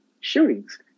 shootings